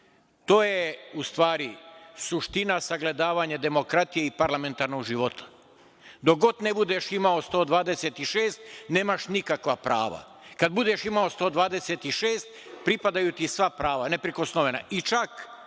je, u stvari, suština sagledavanja demokratije i parlamentarnog života. Dok god ne budeš imao 126, nemaš nikakva prava, kad budeš imao 126, pripadaju ti sva prava, neprikosnovena,